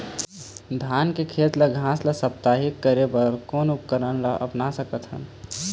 धान के खेत ले घास ला साप्ताहिक करे बर कोन उपकरण ला अपना सकथन?